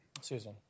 Susan